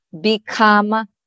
become